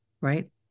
right